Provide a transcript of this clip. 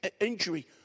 injury